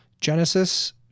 Genesis